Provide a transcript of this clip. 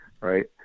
Right